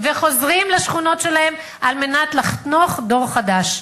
וחוזרים לשכונות שלהם כדי לחנוך דור חדש.